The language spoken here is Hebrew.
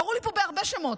קראו לי פה בהרבה שמות,